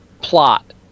plot